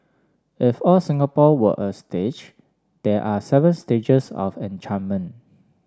if all Singapore were a stage there are seven stages of enchantment